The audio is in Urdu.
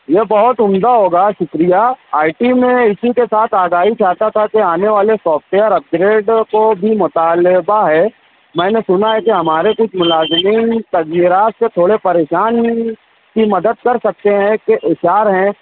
یہ بہت عمدہ ہوگا شکریہ آئی ٹی میں اسی کے ساتھ آگاہی چاہتا تھا کہ آنے والے سافٹ ویئر اپگریڈ کو بھی مطالبہ ہے میں نے سنا ہے کہ ہمارے کچھ ملازمین تغیرات سے تھوڑے پریشان کی مدد کرسکتے ہیں کہ ایچ آر ہیں